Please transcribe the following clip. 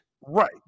Right